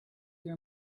your